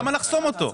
למה לחסום אותו?